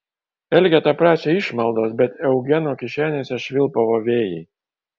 elgeta prašė išmaldos bet eugeno kišenėse švilpavo vėjai